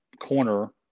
corner